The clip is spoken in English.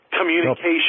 communication